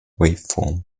waveform